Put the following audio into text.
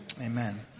Amen